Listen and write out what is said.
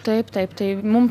taip taip tai mum